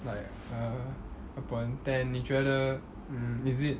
like err upon ten 你觉得 mm is it